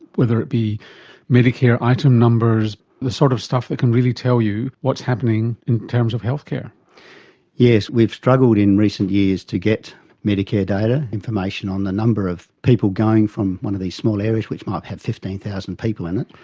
whether it be medicare item numbers, the sort of stuff that can really tell you what's happening in terms of healthcare. yes, we've struggled in recent years to get medicare data information on the number of people going from one of these small areas which might have fifteen thousand people in it,